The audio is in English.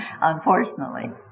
unfortunately